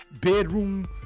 bedroom